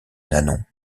nanon